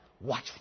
Watch